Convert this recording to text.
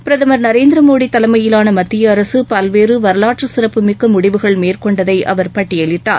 பிரதமர் திரு நரேந்திரமோடி தலைமையிலான மத்திய அரசு பல்வேறு வரவாற்று சிறப்பு மிக்க முடிவுகள் மேற்கொண்டதை அவர் பட்டியலிட்டார்